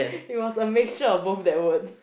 it was a mixture of both that words